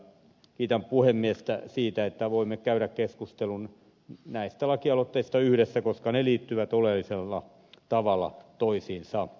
kiitän puhemiestä siitä että voimme käydä keskustelun näistä lakialoitteista yhdessä koska ne liittyvät oleellisella tavalla toisiinsa